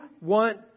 want